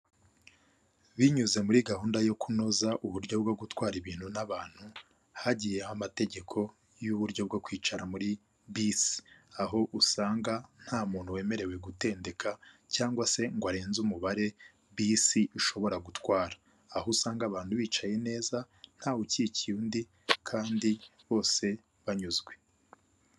Binyuze muri gahunda yo kunoza uburyo bwo gutwara ibintu n'abantu hagiyeho amategeko y'uburyo bwo kwicara muri bisi aho usanga nta muntu wemerewe gutendeka cyangwa se ngo arenze umubare bisi ishobora gutwara. Aho usanga abantu bicaye neza ntawukikiye undi kandi bose banyuzwe.